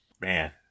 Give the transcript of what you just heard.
Man